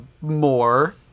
more